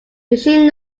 machine